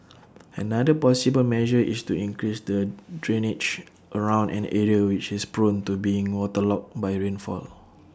another possible measure is to increase the drainage around an area which is prone to being waterlogged by rainfall